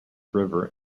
river